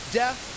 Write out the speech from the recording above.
death